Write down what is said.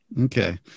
Okay